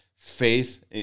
faith